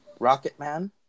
Rocketman